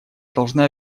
должны